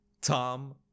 Tom